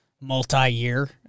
multi-year